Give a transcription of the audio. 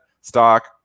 stock